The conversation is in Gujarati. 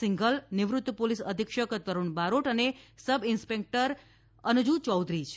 સિંઘલ નિવૃત્ત પોલીસ અધિક્ષક તરૂણ બારોટ અને સબ ઇન્સ્પેક્ટર અનાજુ યૌધરી છે